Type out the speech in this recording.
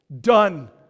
Done